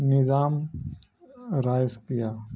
نظام رائس کیایا